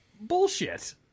bullshit